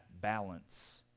balance